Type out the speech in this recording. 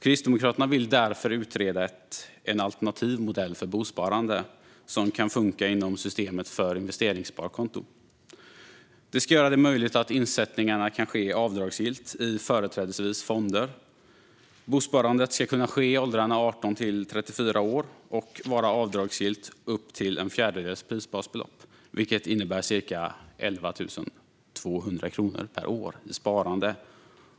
Kristdemokraterna vill därför utreda en alternativ modell för bosparande som kan funka inom systemet för investeringssparkonto. Insättningarna ska vara avdragsgilla och göras i företrädesvis fonder. Bosparandet ska kunna ske i åldern 18-34 år och vara avdragsgillt upp till en fjärdedels prisbasbelopp, vilket innebär cirka 11 200 kr per år i sparande.